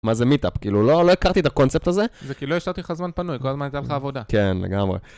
מה זה מיטאפ? כאילו לא הכרתי את הקונספט הזה... זה כאילו יש לך זמן פנוי, כל הזמן ניתן לך עבודה. כן, לגמרי.